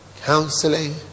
counseling